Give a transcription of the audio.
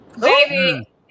Baby